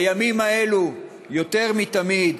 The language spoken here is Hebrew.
בימים האלו יותר מתמיד